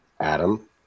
Adam